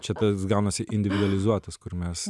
čia tas gaunasi individualizuotas kur mes